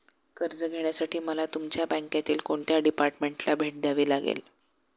कर्ज घेण्यासाठी मला तुमच्या बँकेतील कोणत्या डिपार्टमेंटला भेट द्यावी लागेल?